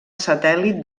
satèl·lit